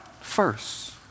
first